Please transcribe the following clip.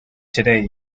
today